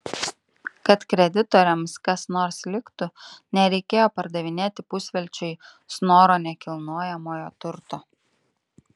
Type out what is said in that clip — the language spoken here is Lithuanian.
kad kreditoriams kas nors liktų nereikėjo pardavinėti pusvelčiui snoro nekilnojamojo turto